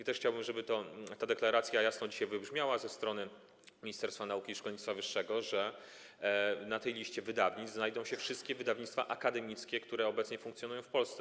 I chciałbym, żeby ta deklaracja jasno dzisiaj wybrzmiała ze strony Ministerstwa Nauki i Szkolnictwa Wyższego, że na tej liście wydawnictw znajdą się wszystkie wydawnictwa akademickie, które obecnie funkcjonują w Polsce.